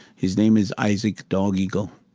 his name is isaac dog eagle,